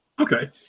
okay